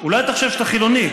אולי אתה חושב שאתה חילוני,